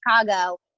Chicago